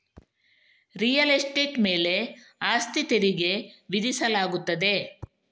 real estate ಮೇಲೆ ಆಸ್ತಿ ತೆರಿಗೆ ವಿಧಿಸಲಾಗುತ್ತದೆ